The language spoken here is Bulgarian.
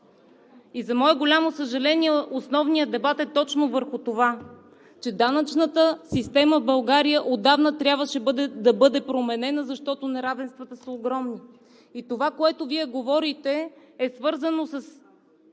За мое голямо съжаление основният дебат е точно върху това, че данъчната система в България отдавна трябваше да бъде променена, защото неравенствата са огромни. И това, за което Вие говорите, е свързано